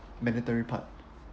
mandatory part